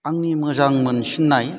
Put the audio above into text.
आंनि मोजां मोनसिननाय